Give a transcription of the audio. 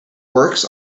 works